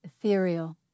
Ethereal